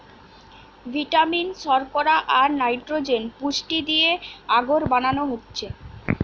vitamin, শর্করা, আর nitrogen পুষ্টি দিয়ে আগর বানানো হচ্ছে